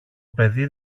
παιδί